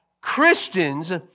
Christians